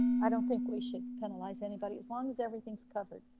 i don't think we should penalize anybody, as long as everything's covered.